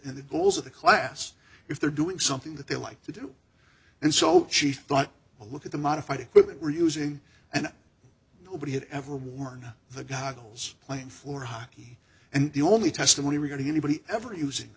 the goals of the class if they're doing something that they like to do and so she thought a look at the modified equipment we're using and nobody had ever worn the goggles playing floor hockey and the only testimony really anybody ever using